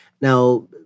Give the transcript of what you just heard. Now